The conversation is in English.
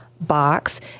box